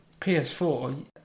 ps4